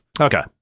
Okay